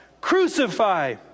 Crucify